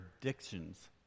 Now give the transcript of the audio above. addictions